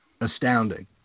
astounding